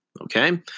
okay